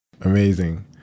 Amazing